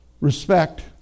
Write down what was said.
respect